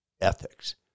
ethics